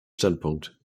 standpunkt